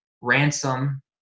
Ransom